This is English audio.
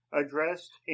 addressed